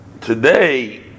today